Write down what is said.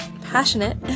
passionate